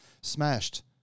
smashed